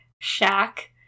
shack